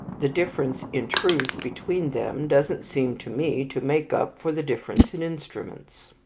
the difference in truth between them doesn't seem to me to make up for the difference in instruments.